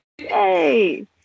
Yay